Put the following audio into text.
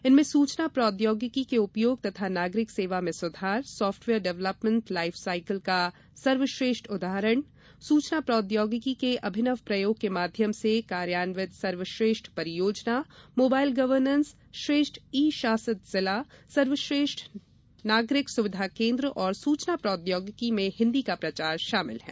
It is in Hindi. इनमें सूचना प्रोद्योगिकी के उपयोग द्वारा नागरिक सेवा मे सुधार साफ्टवेयर डेवलपमेण्ट लाइफ साइकिल का सर्वश्रेष्ठ उदाहरण सूचना प्रोद्योगिकी के अभिनव प्रयोग के माध्यम से कार्यान्वित सर्वश्रेष्ठ परियोजना मोबाइल गवर्नेन्स श्रेष्ठ ई शासित जिला सर्वश्रेष्ठ नागरिक सुविधा केन्द्र और सूचना प्रोद्योगिकी में हिन्दी का प्रचार शामिल है